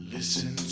Listen